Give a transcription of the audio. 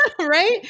right